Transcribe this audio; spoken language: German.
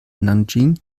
nanjing